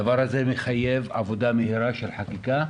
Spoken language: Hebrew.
הדבר הזה מחייב עבודה מהירה של חקיקה.